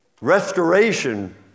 restoration